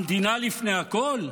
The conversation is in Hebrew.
המדינה לפני הכול?